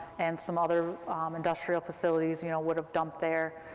and some other industrial facilities, you know, would have dumped there.